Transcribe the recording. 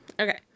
Okay